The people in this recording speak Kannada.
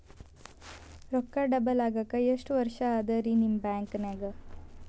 ರೊಕ್ಕ ಡಬಲ್ ಆಗಾಕ ಎಷ್ಟ ವರ್ಷಾ ಅದ ರಿ ನಿಮ್ಮ ಬ್ಯಾಂಕಿನ್ಯಾಗ?